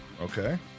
Okay